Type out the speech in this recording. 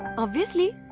obviously,